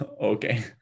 okay